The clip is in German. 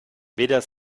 weder